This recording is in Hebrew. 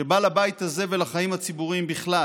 שבא לבית הזה ולחיים הציבוריים בכלל